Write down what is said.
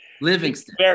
Livingston